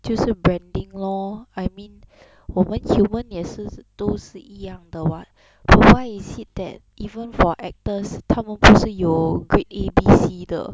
就是 branding lor I mean 我们 human 也是都是一样的 [what] but why is it that even for actors 他们不是有 grade A B C 的